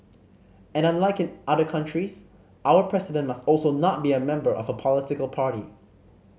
and unlike in other countries our President must also not be a member of a political party